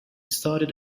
started